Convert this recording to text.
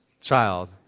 child